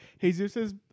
Jesus